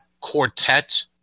quartet